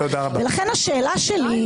ולכן השאלה שלי --- תודה רבה.